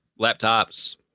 laptops